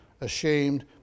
ashamed